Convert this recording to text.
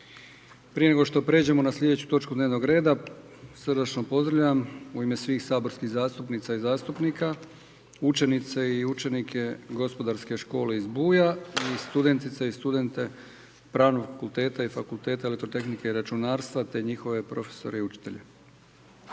Prije nego što prijeđemo na slijedeću točku dnevnog reda, srdačno pozdravljam u ime svih saborskih zastupnica i zastupnika učenice i učenike Gospodarske škole iz Buja i studentice i studente Pravnog fakulteta i Fakulteta elektrotehnike i računarstva te njihove profesore i